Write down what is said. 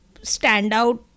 standout